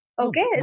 Okay